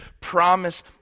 promise